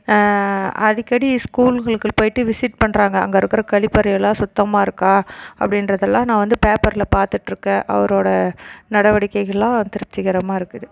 அடிக்கடி ஸ்கூல்ங்களுக்கு போயிட்டு விசிட் பண்ணுறாங்க அங்கே இருக்கிற கழிப்பறை எல்லாம் சுத்தமாக இருக்கா அப்படின்றதல்லாம் நான் பேப்பரில் பார்த்துட்ருக்க அவரோடய நடவடிக்கைகள்லாம் திருப்த்திகரமாக இருக்குது